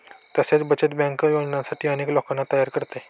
तसेच बचत बँक योजनांसाठी अनेक लोकांना तयार करते